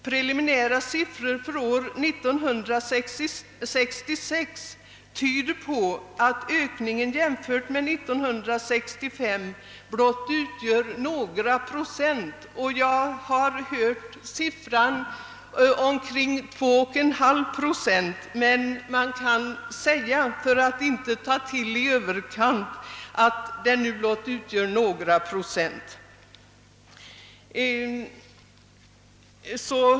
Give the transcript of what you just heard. Preliminära siffror för år 1966 tyder på att ökningen från år 1965 utgör blott några procent. Jag har hört siffran omkring 2,5 procent, men för att inte ta till i överkant kan man säga att den utgör blott några procent.